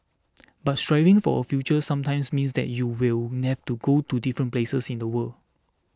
but striving for a future sometimes means that you will nave to go to different places in the world